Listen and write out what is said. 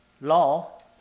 law